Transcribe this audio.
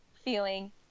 feeling